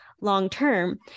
long-term